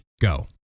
Go